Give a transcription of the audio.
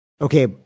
Okay